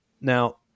Now